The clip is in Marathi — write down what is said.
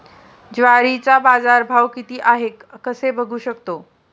ज्वारीचा बाजारभाव किती आहे कसे बघू शकतो?